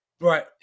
right